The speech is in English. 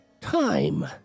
time